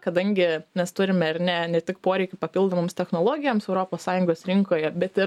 kadangi nes turime ar ne ne tik poreikių papildomoms technologijoms europos sąjungos rinkoje bet ir